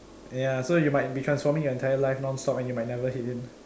ya so you might be transforming your entire life non stop and you might never hit him